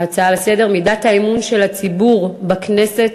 ההצעה לסדר-היום: מידת האמון של הציבור בכנסת,